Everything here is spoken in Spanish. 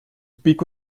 pico